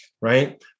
right